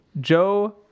Joe